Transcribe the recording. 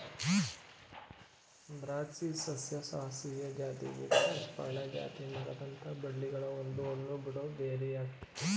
ದ್ರಾಕ್ಷಿ ಸಸ್ಯಶಾಸ್ತ್ರೀಯ ಜಾತಿ ವೀಟಿಸ್ನ ಪರ್ಣಪಾತಿ ಮರದಂಥ ಬಳ್ಳಿಗಳ ಒಂದು ಹಣ್ಣುಬಿಡೋ ಬೆರಿಯಾಗಯ್ತೆ